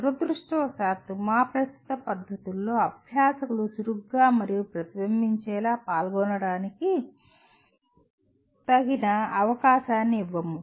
దురదృష్టవశాత్తు మా ప్రస్తుత పద్ధతుల్లో అభ్యాసకులు చురుకుగా మరియు ప్రతిబింబించేలా పాల్గొనడానికి తగిన అవకాశాన్ని ఇవ్వము